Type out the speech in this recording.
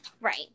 right